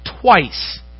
twice